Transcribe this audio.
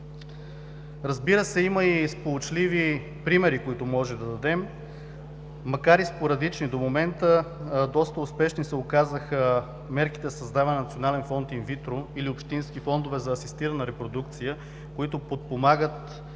Разбира се, има и сполучливи примери, които можем да дадем. Макар и спорадични, до момента доста успешни се указаха мерките за създаване на Национален фонд „Инвитро“ или общински фондове за асистирана репродукция, които подпомагат